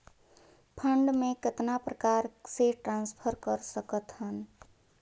Fund मे कतना प्रकार से ट्रांसफर कर सकत हन?